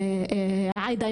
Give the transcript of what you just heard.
עאידה,